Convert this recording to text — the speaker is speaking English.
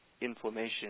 inflammation